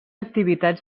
activitats